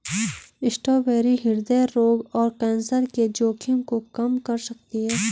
strawberry हृदय रोग और कैंसर के जोखिम को कम कर सकती है